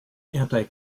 anti